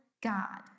god